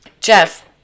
Jeff